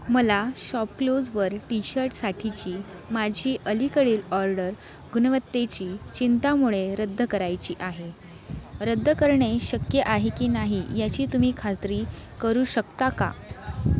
मला शॉपक्लूजवर टी शर्टसाठीची माझी अलीकडील ऑर्डर गुणवत्तेची चिंतेमुळे रद्द करायची आहे रद्द करणे शक्य आहे की नाही याची तुम्ही खात्री करू शकता का